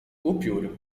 upiór